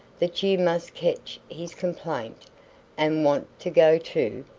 that you must ketch his complaint and want to go too?